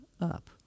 up